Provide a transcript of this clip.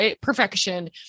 perfection